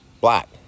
black